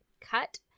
cut